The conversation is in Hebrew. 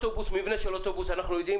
מה המבנה של אוטובוס אנחנו יודעים,